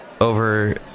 Over